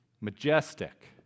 majestic